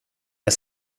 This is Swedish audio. jag